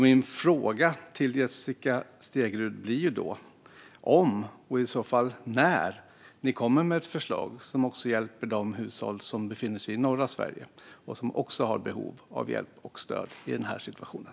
Min fråga till Jessica Stegrud blir därför om och i så fall när man kommer med ett förslag som hjälper även de hushåll som befinner sig i norra Sverige och som också har behov av hjälp och stöd i den här situationen.